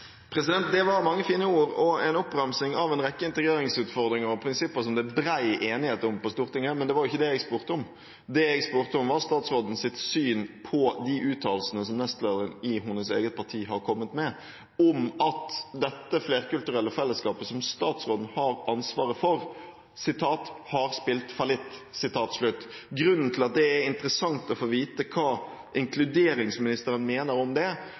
Det var mange fine ord, og en oppramsing av en rekke integreringsutfordringer og -prinsipper som det er bred enighet om på Stortinget, men det var ikke det jeg spurte om. Det jeg spurte om, var statsrådens syn på de uttalelsene som nestlederen i hennes eget parti har kommet med om at dette flerkulturelle fellesskapet som statsråden har ansvar for, «har spilt fallitt». Grunnen til at det er interessant å få vite hva inkluderingsministeren mener om det,